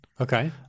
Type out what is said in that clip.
Okay